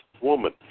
woman